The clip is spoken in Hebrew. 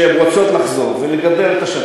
יחליטו שהן רוצות לחזור ולגדר את השטח,